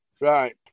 Right